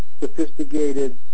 sophisticated